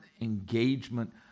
engagement